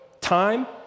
time